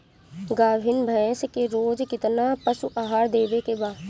गाभीन भैंस के रोज कितना पशु आहार देवे के बा?